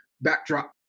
backdrop